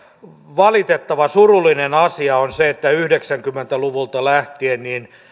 valitettava surullinen asia on se että yhdeksänkymmentä luvulta lähtien